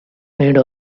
made